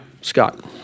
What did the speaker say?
Scott